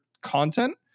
content